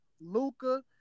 Luca